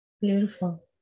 beautiful